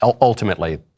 ultimately